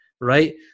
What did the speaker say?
right